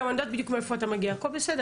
גם אני יודעת בדיוק מאיפה אתה מגיע, הכל בסדר.